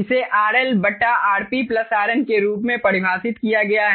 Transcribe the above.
इसे RL RP RN के रूप में परिभाषित किया गया है